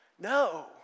No